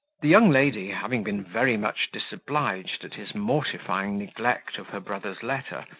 the young lady, having been very much disobliged at his mortifying neglect of her brother's letter,